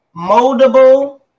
moldable